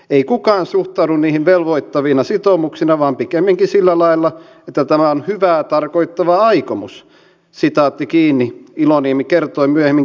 ei kukaan suhtaudu niihin velvoittavina sitoumuksina vaan pikemminkin sillä lailla että tämä on hyvää tarkoittava aikomus iloniemi kertoi myöhemmin kepan haastattelussa